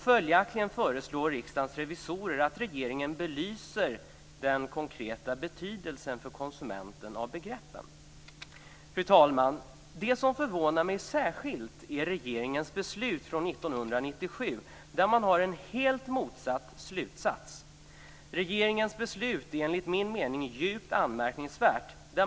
Följaktligen föreslår Riksdagens revisorer att regeringen belyser den konkreta betydelsen av begreppen för konsumenten. Fru talman! Det som förvånar mig särskilt är regeringens beslut från 1997 där man har en helt motsatt slutsats. Regeringens beslut är enligt min mening djupt anmärkningsvärt.